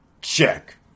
check